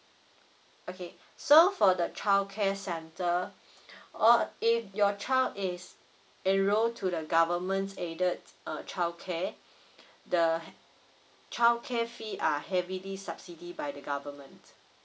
okay so for the child care centre err if your child is enrolled to the government aided err child care the hea~ child care fee are heavily subsidy by the government